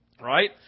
right